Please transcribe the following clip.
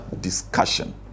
discussion